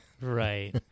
Right